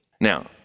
Now